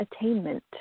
attainment